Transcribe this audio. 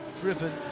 driven